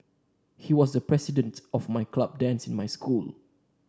he was the president of my club dance in my school